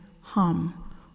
hum